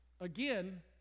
again